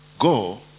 Go